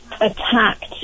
attacked